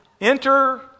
enter